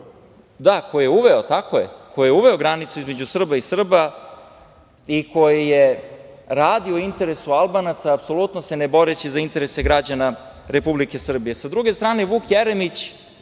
Srba i Srba, koji je uveo granicu između Srba i Srba i koji je radio u interesu Albanaca, apsolutno se ne boreći za interese građana Republike Srbije. Sa